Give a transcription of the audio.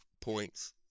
points